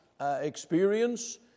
experience